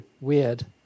weird